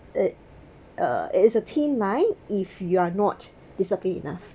it uh it is a thin line if you're not disciplined enough